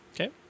Okay